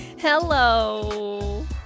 Hello